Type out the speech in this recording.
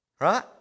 Right